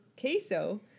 queso